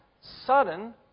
sudden